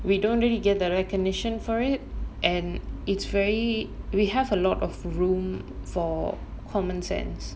we don't really get the recognition for it and it's very we have a lot of room for common sense